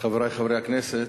חברי חברי הכנסת,